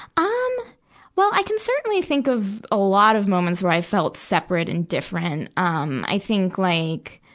um well, i can certainly think of a lot of moments where i felt separate and different. um i think, like,